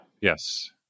Yes